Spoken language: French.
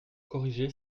corriger